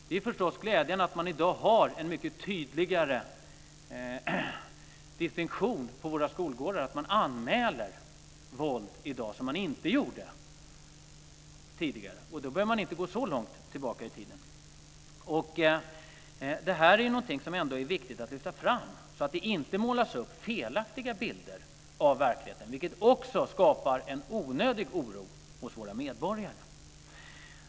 Det är förstås glädjande att man i dag har en mycket tydligare distinktion på våra skolgårdar och att man anmäler våld i dag, som man inte gjorde tidigare - man behöver inte gå så långt tillbaka i tiden. Det här är någonting som är viktigt att lyfta fram så att det inte målas upp felaktiga bilder av verkligheten, vilket också skapar en onödig oro hos våra medborgare.